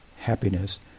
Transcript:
happiness